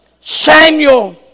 Samuel